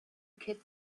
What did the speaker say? kid